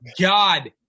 God